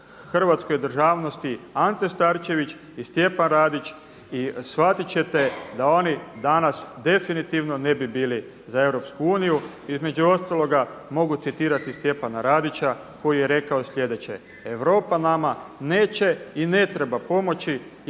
hrvatskoj državnosti Ante Starčević i Stjepan Radić i shvatit ćete da oni danas definitivno ne bi bili za EU. Između ostaloga mogu citirati Stjepana Radića koje je rekao slijedeće: „Europa nama neće i ne treba pomoći